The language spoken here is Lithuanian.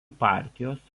partijos